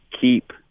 keep